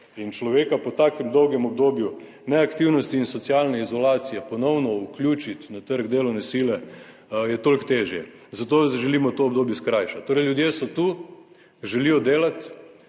in človeka po takem dolgem obdobju neaktivnosti in socialne izolacije ponovno vključiti na trg delovne sile, je toliko težje, zato želimo to obdobje skrajšati. Torej, ljudje so tu, želijo delati